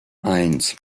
eins